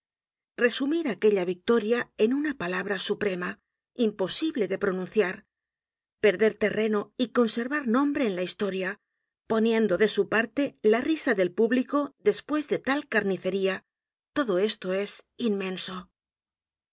resumir aquella victoria en una palabra suprema imposible de pronunciar perder terreno y conservar nombre en la historia poniendo de su parte la risa del público despues de tal carnicería todo esto es inmenso